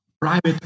private